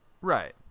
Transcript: Right